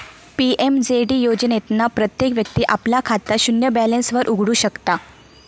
PMJD योजनेतना प्रत्येक व्यक्ती आपला खाता शून्य बॅलेंस वर उघडु शकता